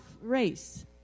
race